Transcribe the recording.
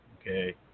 Okay